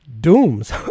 dooms